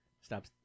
Stop